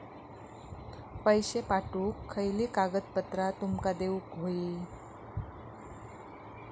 पैशे पाठवुक खयली कागदपत्रा तुमका देऊक व्हयी?